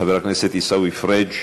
חבר הכנסת עיסאווי פריג'